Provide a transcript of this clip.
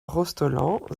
rostolland